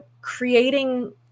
creating